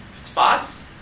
spots